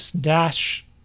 dash